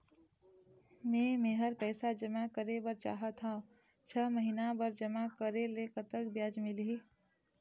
मे मेहर पैसा जमा करें बर चाहत हाव, छह महिना बर जमा करे ले कतक ब्याज मिलही?